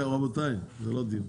רבותיי, זה לא הדיון.